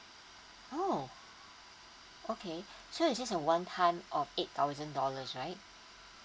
oh okay so it's just a one time of eight thousand dollars right